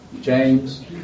James